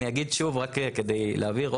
אני אגיד שוב רק כדי להבהיר.